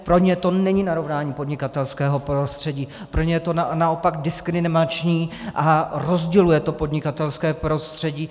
Pro ně to skutečně není narovnání podnikatelského prostředí, pro ně je to naopak diskriminační a rozděluje to podnikatelské prostředí.